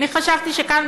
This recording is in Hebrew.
אני חשבתי שכאן,